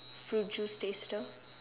fruit juice taster